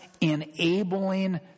enabling